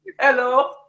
Hello